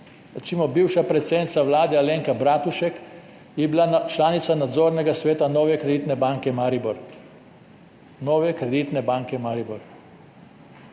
Recimo bivša predsednica vlade Alenka Bratušek je bila članica Nadzornega sveta Nove kreditne banke Maribor. Ni odgovarjala za